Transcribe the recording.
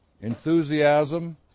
enthusiasm